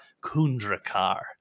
Kundrakar